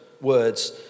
words